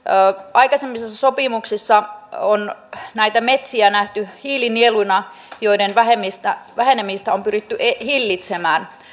aikaisemmissa sopimuksissa on metsiä nähty hiilinieluina joiden vähenemistä vähenemistä on pyritty hillitsemään